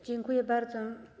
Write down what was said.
Dziękuję bardzo.